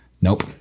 Nope